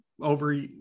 over